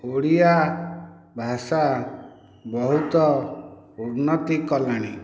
ଆମ ଓଡ଼ିଆ ଭାଷା ବହୁତ ଉନ୍ନତି କଲାଣି